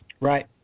Right